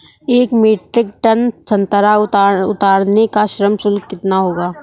एक metric ton संतरा उतारने का श्रम शुल्क कितना होगा?